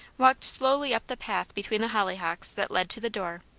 walked slowly up the path between the hollyhocks that led to the door,